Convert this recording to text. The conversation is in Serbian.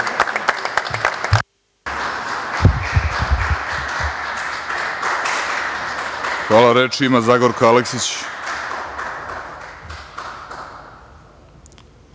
Hvala. Reč ima Zagorka Aleksić.